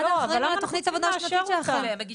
מד"א אחראית על תוכנית העבודה השנתית שלה.